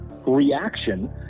reaction